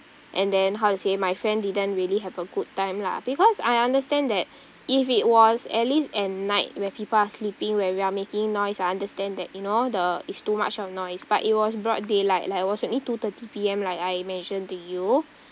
and then how to say my friend didn't really have a good time lah because I understand that if it was at least at night where people are sleeping where we are making noise I understand that you know the it's too much of noise but it was broad daylight like it was only two thirty P_M like I mentioned to you